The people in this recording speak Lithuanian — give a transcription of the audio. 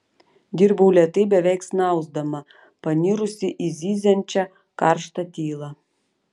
dirbau lėtai beveik snausdama panirusi į zyziančią karštą tylą